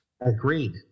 Agreed